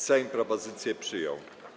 Sejm propozycję przyjął.